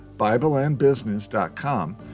Bibleandbusiness.com